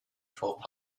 twelve